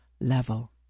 level